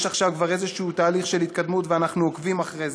יש עכשיו כבר איזשהו תהליך של התקדמות ואנחנו עוקבים אחרי זה.